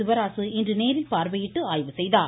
சிவராசு இன்று நேரில் பார்வையிட்டு ஆய்வு செய்தார்